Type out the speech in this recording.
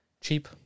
cheap